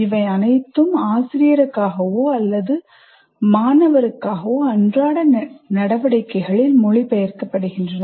இவை அனைத்தும் ஆசிரியருக்காகவோ அல்லது மாணவருக்காகவோ அன்றாட நடவடிக்கைகளில் மொழிபெயர்க்கப்படுகின்றன